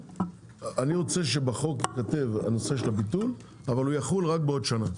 אני רוצה שבחוק ייכתב הנושא של הביטול אבל הוא יחול רק בעוד שנה.